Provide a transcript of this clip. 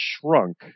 shrunk